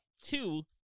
Two